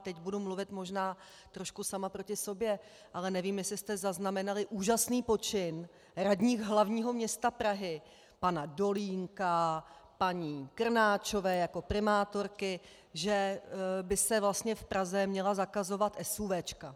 Teď budu mluvit možná trošku sama proti sobě, ale nevím, jestli jste zaznamenali úžasný počin radních hlavního města Prahy pana Dolínka, paní Krnáčové jako primátorky, že by se vlastně v Praze měla zakazovat SUV.